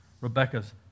Rebecca's